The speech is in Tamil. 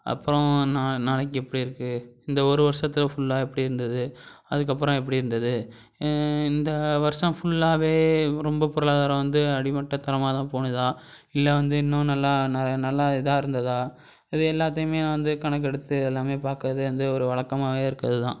அப்புறோம் நான் நாளைக்கு எப்படி இருக்குது இந்த ஒரு வருஷத்தில் ஃபுல்லாக எப்படி இருந்தது அதுக்கப்புறம் எப்படி இருந்தது இந்த வருஷம் ஃபுல்லாவே ரொம்ப பொருளாதாரம் வந்து அடிமட்டத்தனமாக தான் போணுதா இல்லை வந்து இன்னும் நல்லா நிறை நல்லா இதாக இருந்ததா இது எல்லாத்தையுமே நான் வந்து கணக்கெடுத்து எல்லாமே பார்க்கறது வந்து ஒரு வழக்கமாவே இருக்கிறது தான்